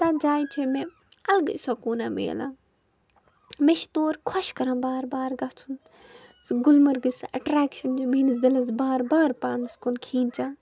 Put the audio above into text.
تَتھ جایہِ چھِ مےٚ الگٕے سکوٗنا مِلان مےٚ چھِ تور خۄش کَران بار بار گَژھن سُہ گُلمرگِچ سَہ اٮ۪ٹریکشن چہِ میٲنِس دِلس بار بار پانس کُن کھیٖنٛچان